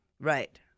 Right